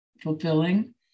fulfilling